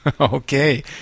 Okay